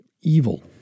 evil